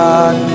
God